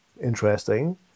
Interesting